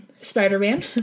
Spider-Man